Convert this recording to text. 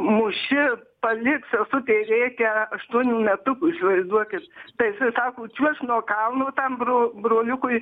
muši palik sesutei rėkia aštuonių metukų įsivaizduokit tai jisai sako čiuožk nuo kalno tam bro broliukui